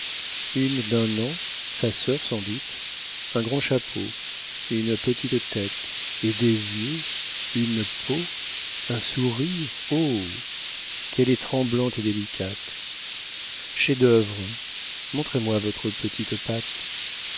une d'un an sa sœur sans doute un grand chapeau une petite tête et des yeux une peau un sourire oh qu'elle est tremblante et délicate chef-d'œuvre montrez-moi votre petite patte